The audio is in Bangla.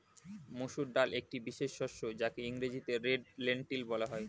মুসুর ডাল একটি বিশেষ শস্য যাকে ইংরেজিতে রেড লেন্টিল বলা হয়